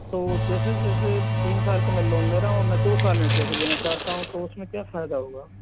तो जैसे जैसे तीन साल का मैं लोन ले रहा हूं और मैं दो साल में पैसे देना चाहता हूँ तो उसमें क्या फायदा होगा